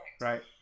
Right